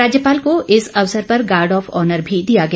राज्यपाल को इस अवसर पर गार्ड ऑफ ऑनर भी दिया गया